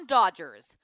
Dodgers